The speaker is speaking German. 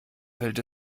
fällt